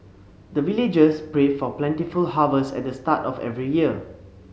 the villagers pray for plentiful harvest at the start of every year